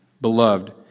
Beloved